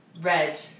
Red